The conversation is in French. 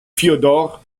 fiodor